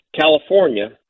California